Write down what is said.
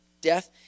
Death